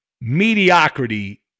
mediocrity